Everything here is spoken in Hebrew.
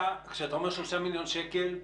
כשאתה אומר 3 מיליון שקל.